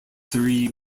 three